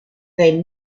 they